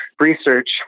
research